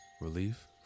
relief